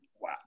Wow